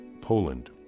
Poland